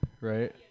right